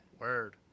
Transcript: Word